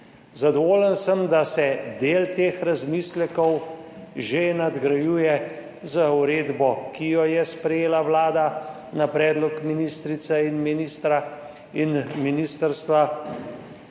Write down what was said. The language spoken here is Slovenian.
Zadovoljen sem, da se del teh razmislekov že nadgrajuje z uredbo, ki jo je sprejela Vlada na predlog ministrice in ministra